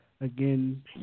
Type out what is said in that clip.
again